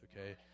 okay